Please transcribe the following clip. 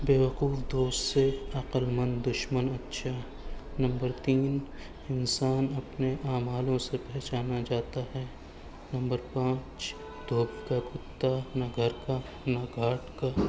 بیوقوف دوست سے عقل مند دشمن اچھا ہے نمبر تین انسان اپنے اعمالوں سے پہچانا جاتا ہے نمبر پانچ دھوبی کا کتا نہ گھر کا نہ گھاٹ کا